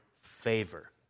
favor